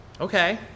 Okay